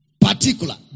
Particular